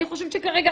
אני חושבת שכרגע,